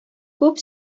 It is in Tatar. күп